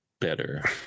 better